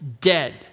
dead